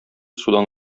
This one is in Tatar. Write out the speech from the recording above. судан